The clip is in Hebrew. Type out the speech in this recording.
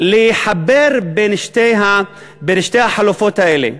לחבר בין שתי החלופות האלה,